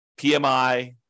PMI